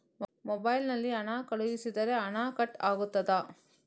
Mobile ನಲ್ಲಿ ಹಣ ಕಳುಹಿಸಿದರೆ ಹಣ ಕಟ್ ಆಗುತ್ತದಾ?